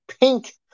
pink